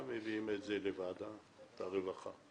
מביאים את זה לוועדת העבודה והרווחה,